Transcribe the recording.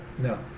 No